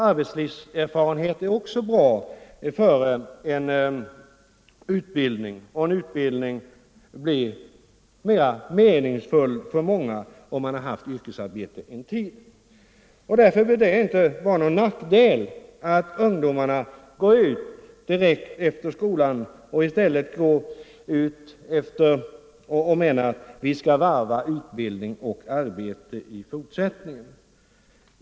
Arbetslivserfarenhet är också bra före en utbildning. Utbildningen blir mera meningsfull för många om de haft yrkesarbete en tid. Därför behöver det inte vara någon nackdel att ungdomarna vill varva utbildning och arbete.